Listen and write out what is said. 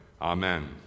Amen